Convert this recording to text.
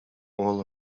all